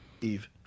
Eve